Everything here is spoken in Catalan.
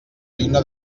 lluna